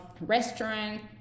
restaurant